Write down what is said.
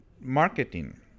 marketing